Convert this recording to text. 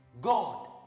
God